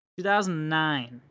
2009